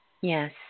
Yes